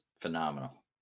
phenomenal